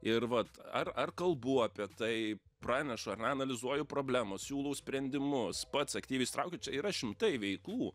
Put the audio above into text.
ir vat ar ar kalbu apie tai pranešu ar ne analizuoju problemas siūlau sprendimus pats aktyviai įsitraukiu čia yra šimtai veiklų